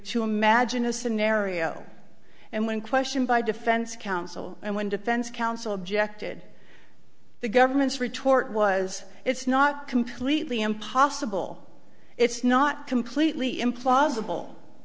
to imagine a scenario and when questioned by defense counsel and when defense counsel objected the government's retort was it's not completely impossible it's not completely implausible